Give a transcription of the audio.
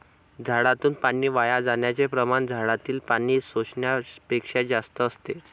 झाडातून पाणी वाया जाण्याचे प्रमाण झाडातील पाणी शोषण्यापेक्षा जास्त असते